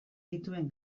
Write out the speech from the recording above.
dituen